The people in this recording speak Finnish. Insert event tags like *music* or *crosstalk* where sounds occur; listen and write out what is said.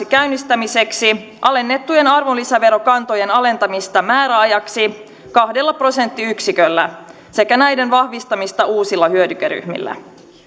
*unintelligible* käynnistämiseksi alennettujen arvonlisäverokantojen alentamista määräajaksi kahdella prosenttiyksiköllä sekä näiden vahvistamista uusilla hyödykeryhmillä